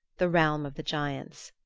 the realm of the giants.